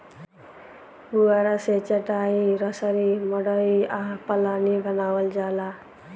पुआरा से चाटाई, रसरी, मड़ई आ पालानी बानावल जाला